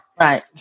Right